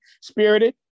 spirited